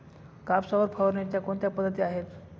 कापसावर फवारणीच्या कोणत्या पद्धती आहेत?